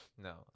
No